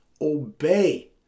OBEY